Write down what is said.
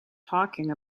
talking